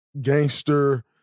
gangster